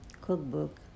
cookbook